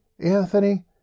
Anthony